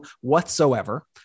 whatsoever